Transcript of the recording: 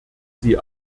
sie